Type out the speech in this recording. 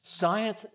science